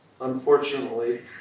Unfortunately